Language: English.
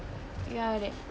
ya that